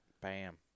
Bam